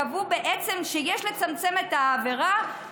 קבעו בעצם שיש לצמצם את העבירה,